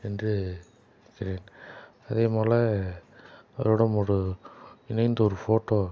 என்று இருக்கிறேன் அதேபோல அவரோட ஒரு இணைந்து ஒரு ஃபோட்டோ